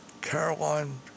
Caroline